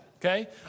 Okay